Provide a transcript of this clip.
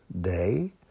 day